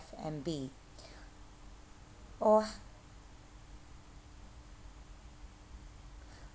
&B oh